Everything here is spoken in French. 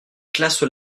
classes